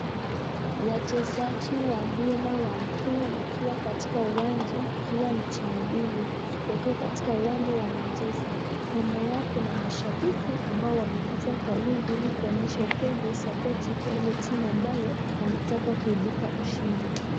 Wachezaji wa mpira wa mguu wakiwa katika uwanja ikiwa ni timu mbili wakiwa katika uwanja wanacheza. Nyuma yao kuna mashabiki ambao wamekuja kwa wingi ili kuonyesha upendo sapoti kwa hiyo timu ambayo wanataka kuibuka washindi.